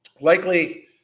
likely